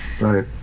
right